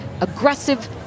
aggressive